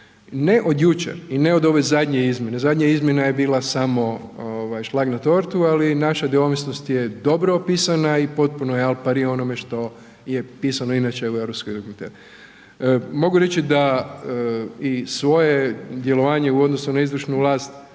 ne od jučer i ne od ove zadnje izmjene, zadnja izmjena je bila samo ovaj šlag na tortu, ali naša neovisnost je dobro opisana i potpuno je al pari onome što je pisano inače u europskoj …/nerazumljivo/… Mogu reći da i svoje djelovanje u odnosu na izvršnu vlast,